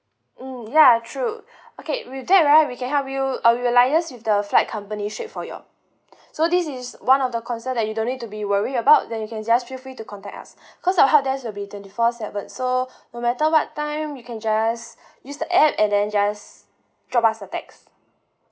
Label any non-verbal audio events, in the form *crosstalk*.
mm ya true *breath* okay with that right we can help you uh we will liaise with the flight company straight for your so this is one of the concern that you don't need to be worry about then you can just feel free to contact us *breath* cause I help desk will be twenty four seven so *breath* no matter what time you can just *breath* use the app and then just drop us a text